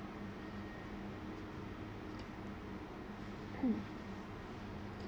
mm